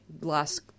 last